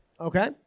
Okay